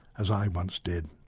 as i once did.